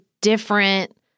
different